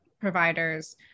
providers